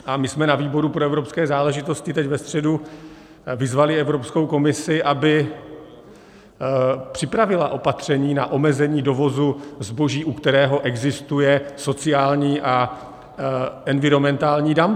A my jsme na výboru pro evropské záležitosti teď ve středu vyzvali Evropskou komisi, aby připravila opatření na omezení dovozu zboží, u kterého existuje sociální a environmentální dumping.